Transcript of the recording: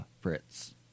Fritz